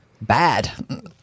bad